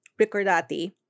Ricordati